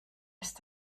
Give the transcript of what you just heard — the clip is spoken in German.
ist